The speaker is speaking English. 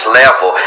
level